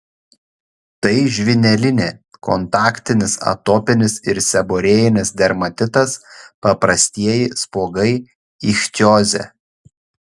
tai žvynelinė kontaktinis atopinis ir seborėjinis dermatitas paprastieji spuogai ichtiozė